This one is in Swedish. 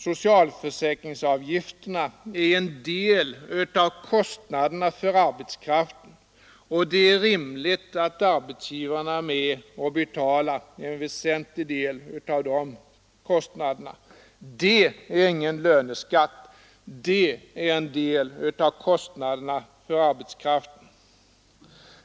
Socialförsäkringsavgifterna är en del av kostnaderna för arbetskraften, och det är rimligt att arbetstagarna är med och betalar en väsentlig del av de kostnaderna. Det är ingen löneskatt. Det är en del av kostnaderna för arbetskraften.